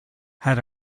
had